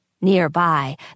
Nearby